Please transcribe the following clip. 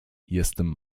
jestem